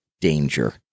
danger